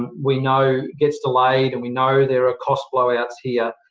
and we know gets delayed and we know there are cost blowouts here.